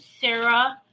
Sarah